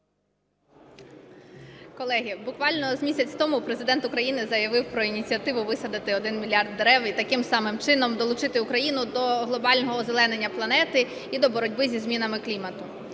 Колеги, буквально з місяць тому Президент України заявив про ініціативу висадити один мільярд дерев і таким самим чином долучити Україну до глобального озеленення планети, і до боротьби зі змінами клімату.